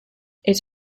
its